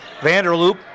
Vanderloop